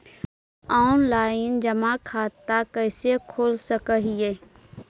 Online जमा खाता कैसे खोल सक हिय?